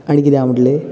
आनी कितें आहा म्हटले